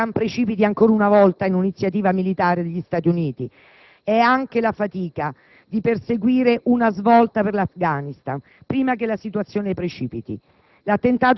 dell'Iran precipiti ancora una volta in un'iniziativa militare degli Stati Uniti; è anche la fatica di perseguire una svolta per l'Afghanistan, prima che la situazione precipiti.